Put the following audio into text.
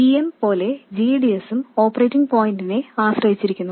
g m പോലെ g d sഉം operating പോയിന്റിനെ ആശ്രയിച്ചിരിക്കുന്നു